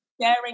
sharing